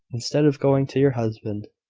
instead of going to your husband,